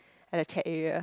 like the chat area